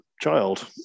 child